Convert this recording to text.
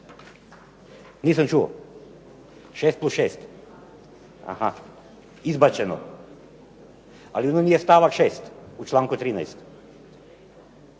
Nisam čuo, 6 plus 6, izbačeno. ... stavak 6. u članku 13.